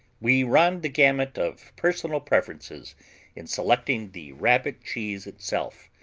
we run the gamut of personal preferences in selecting the rabbit cheese itself,